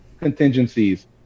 contingencies